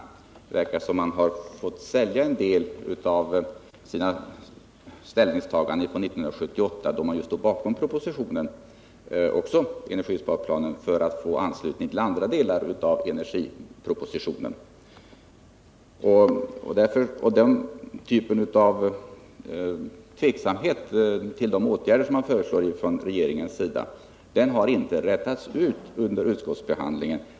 Det verkar som om regeringen har fått sälja en del av sina ställningstaganden från 1978, då man ju ställde sig bakom propositionen om energisparplanen, för att få anslutning till andra delar av den nu föreliggande energipropositionen. De här frågetecknen kring de av regeringen föreslagna åtgärderna har inte rätats ut under utskottsbehandlingen.